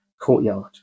courtyard